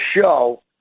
show